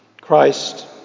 Christ